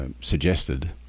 suggested